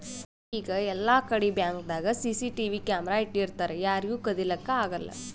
ಈಗ್ ಎಲ್ಲಾಕಡಿ ಬ್ಯಾಂಕ್ದಾಗ್ ಸಿಸಿಟಿವಿ ಕ್ಯಾಮರಾ ಇಟ್ಟಿರ್ತರ್ ಯಾರಿಗೂ ಕದಿಲಿಕ್ಕ್ ಆಗಲ್ಲ